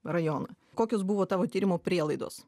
rajoną kokios buvo tavo tyrimo prielaidos